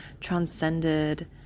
transcended